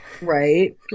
right